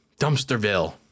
Dumpsterville